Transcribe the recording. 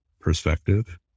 perspective